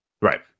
Right